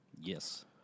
Yes